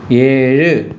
ഏഴ്